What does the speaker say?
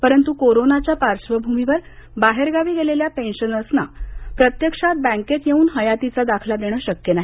परंतू कोरोनाच्या पार्श्वभूमीवर बाहेरगावी गेलेल्या पेन्शनर्सना प्रत्यक्षात बँकेत येऊन हयातीचा दाखला देण शक्य नाही